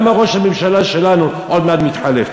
גם ראש הממשלה שלנו עוד מעט מתחלף,